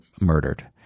murdered